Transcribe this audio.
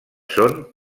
són